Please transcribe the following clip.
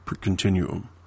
continuum